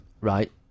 Right